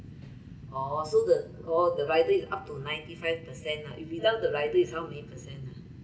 oh so the oh the rider is up to ninety five percent lah if without the rider is how many percent ah